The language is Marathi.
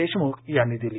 देशमुख यांनी दिली